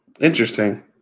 Interesting